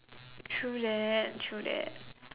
true that true that